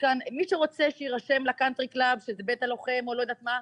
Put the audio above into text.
מי שרוצה שיירשם לקאנטרי קלאב שזה בית הלוחם או לא יודעת מה.